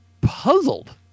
puzzled